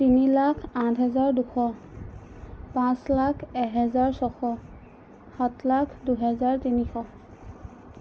তিনি লাখ আঠ হেজাৰ দুশ পাঁচ লাখ এহেজাৰ ছশ সাত লাখ দুহেজাৰ তিনিশ